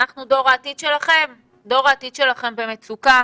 אנחנו דור העתיד שלכם, דור העתיד שלכם במצוקה,